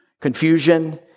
confusion